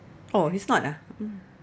orh he's not ah mm